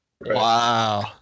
Wow